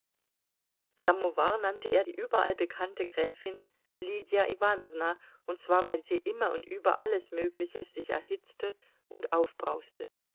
samowar nannte er die überall bekannte gräfin lydia iwanowna und zwar weil sie immer und über alles mögliche sich erhitzte und aufbrauste